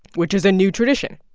which is a new tradition.